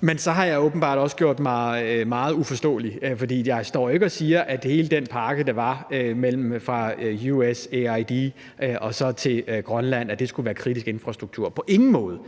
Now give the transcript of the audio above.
Men så har jeg åbenbart også gjort mig meget uforståelig. For jeg står ikke og siger, at hele den pakke, der var fra USAID til Grønland skulle være kritisk infrastruktur – på ingen måde.